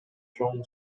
чоң